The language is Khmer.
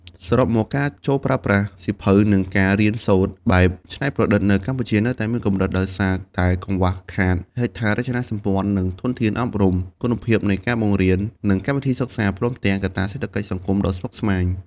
សរុបមក ការចូលប្រើប្រាស់សៀវភៅ និងការរៀនសូត្របែបច្នៃប្រឌិតនៅកម្ពុជានៅតែមានកម្រិតដោយសារតែកង្វះខាតហេដ្ឋារចនាសម្ព័ន្ធ និងធនធានអប់រំ គុណភាពនៃការបង្រៀន និងកម្មវិធីសិក្សា ព្រមទាំងកត្តាសេដ្ឋកិច្ចសង្គមដ៏ស្មុគស្មាញ។